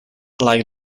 like